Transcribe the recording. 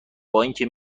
بااینکه